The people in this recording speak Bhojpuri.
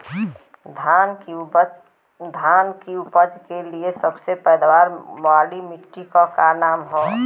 धान की उपज के लिए सबसे पैदावार वाली मिट्टी क का नाम ह?